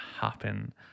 happen